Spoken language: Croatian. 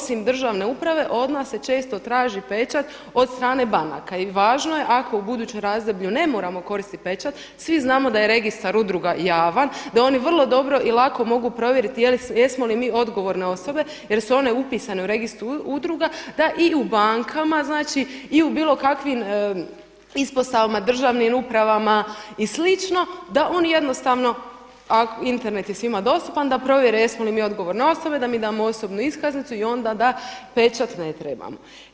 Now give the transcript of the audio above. Osim državne uprave od nas se često traži pečat od strane banaka i važno je ako u budućem razdoblju ne moramo koristiti pečat, svi znamo da je registar udruga javan, da oni vrlo dobro i lako mogu provjeriti jesmo li mi odgovorne osobe jer su one upisane u registru udruga, da i u bankama znači i u bilo kakvim ispostavama, državnim upravama i sl. da oni jednostavno Internet je svima dostupan da provjere jesmo li mi odgovorne osobe, da mi damo osobnu iskaznicu i onda da pečat ne trebamo.